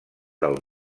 del